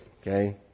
Okay